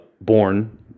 born